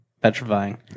petrifying